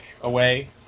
away